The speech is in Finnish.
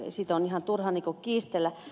siitä on ihan turha kiistellä